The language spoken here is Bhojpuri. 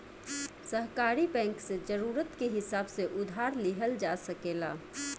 सहकारी बैंक से जरूरत के हिसाब से उधार लिहल जा सकेला